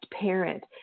parent